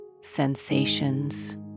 sensations